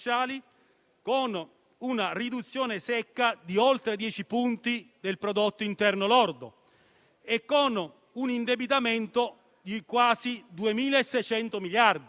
è sì cambiata, ma non nella direzione che voi volevate, bensì appunto nella direzione che noi chiedevamo ancor prima della crisi.